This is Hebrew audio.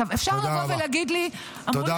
עכשיו, אפשר לבוא ולהגיד לי --- תודה רבה.